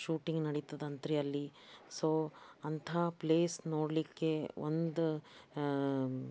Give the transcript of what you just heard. shooting ನಡೀತದಂತೆ ರೀ ಅಲ್ಲಿ ಸೋ ಅಂಥಾ ಪ್ಲೇಸ್ ನೋಡಲಿಕ್ಕೆ ಒಂದು